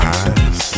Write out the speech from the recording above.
eyes